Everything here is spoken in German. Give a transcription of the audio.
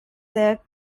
der